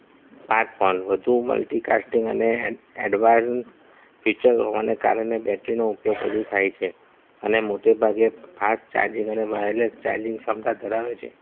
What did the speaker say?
smart phone વધુ multi casting અને advance feature હોવાને કારણે બેટરીનો ઉપયોગ વધુ થાય છે અને મોટે ભાગે ફાસ્ટ ચાર્જિંગ અને વાયરલેસ ચાર્જિંગ ક્ષમતા ધરાવે છે